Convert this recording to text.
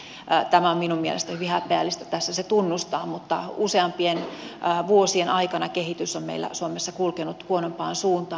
tämä on minun mielestäni hyvin häpeällistä tässä tunnustaa mutta useampien vuosien aikana kehitys on meillä suomessa kulkenut huonompaan suuntaan